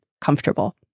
comfortable